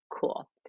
cool